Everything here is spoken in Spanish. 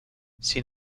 sin